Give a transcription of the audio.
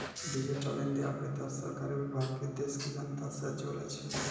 digital India के तहत सरकारी विभाग के देश के जनता से जोड़ै छै